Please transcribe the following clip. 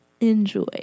Enjoy